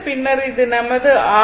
பின்னர் இது நமது இது R